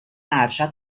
ارشد